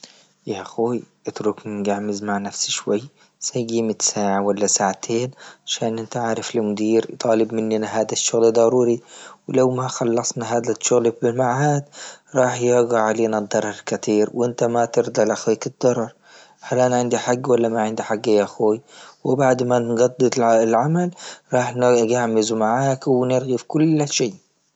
يا أخوي أتركني نقعمز مع نفسي شوي سقيمة ساعة ولا ساعتين عشان انت عارف المدير طالب مننا هذه الشوغل ضروري ولو ما خلصنا هذا الشغل بمعهد راح يرقع علينا الضرر كثير، وانت ما ترضى لتخيك الدرر، الأن عندي حق ولا ما عندي حق يا أخوي، وبعد ما نقد العمل راح نقعمز معاك ونغرف كل شي.